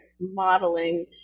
modeling